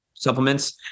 supplements